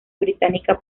británica